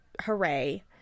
Hooray